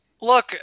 look